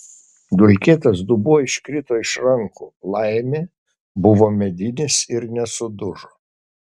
dulkėtas dubuo iškrito iš rankų laimė buvo medinis ir nesudužo